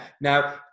Now